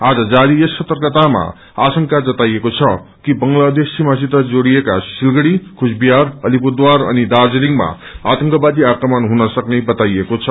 आज जारी यस सतर्ककतामा आशंका जताइएको छ कि बंगलादेश सीमासित जोड़िएको सिलगड़ी कुचबिहार अलिपुरद्वार अनि दाज्रीलिङमा आतंकवादी आक्रमण हुनसक्ने बताइएको छ